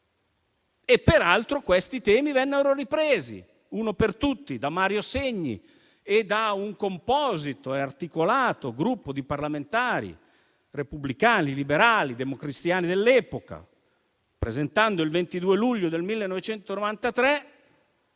Peraltro, questi temi vennero ripresi, uno per tutti, da Mario Segni e da un composito e articolato gruppo di parlamentari repubblicani, liberali, democristiani dell'epoca, presentando il 22 luglio 1993